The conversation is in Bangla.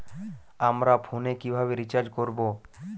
আমার ফোনে কিভাবে রিচার্জ করবো?